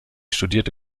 studierte